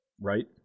right